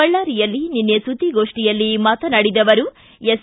ಬಳ್ಳಾರಿಯಲ್ಲಿ ನಿನ್ನೆ ಸುದ್ದಿಗೋಷ್ಠಿಯಲ್ಲಿ ಮಾತನಾಡಿದ ಅವರು ಎಸ್